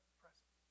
present